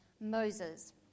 Moses